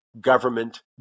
government